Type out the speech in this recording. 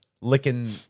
Licking